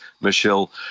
Michelle